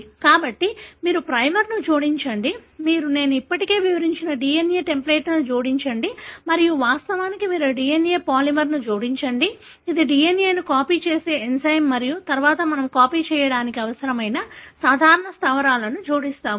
కాబట్టి మీరు ప్రైమర్ని జోడించండి మీరు నేను ఇప్పటికే వివరించిన DNA టెంప్లేట్ను జోడించండి మరియు వాస్తవానికి మీరు DNA పాలిమెర్స్ ని జోడించాలి ఇది DNA ను కాపీ చేసే ఎంజైమ్ మరియు తరువాత మేము కాపీ చేయడానికి అవసరమైన సాధారణ స్థావరాలను జోడిస్తాము